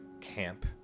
camp